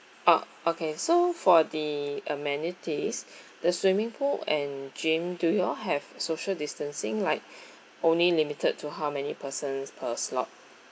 ah okay so for the amenities the swimming pool and gym do you all have social distancing like only limited to how many persons per slot